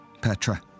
Petra